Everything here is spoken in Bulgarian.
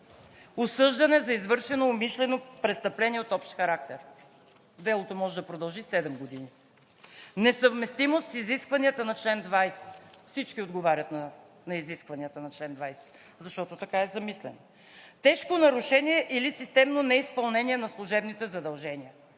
осъждане за извършено умишлено престъпление от общ характер – делото може да продължи седем години; несъвместимост с изискванията на чл. 20 – всички отговарят на изискванията на чл. 20, защото така е замислен; тежко нарушение или системно неизпълнение на служебните задължения